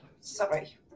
sorry